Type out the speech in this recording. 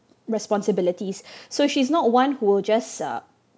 responsibilities so she's not one who will just uh